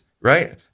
right